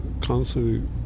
constantly